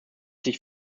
sich